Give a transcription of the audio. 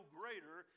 greater